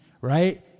right